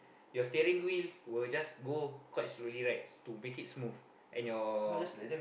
your steering wheel will just go quite slowly right to make it smooth and your